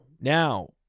now